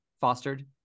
fostered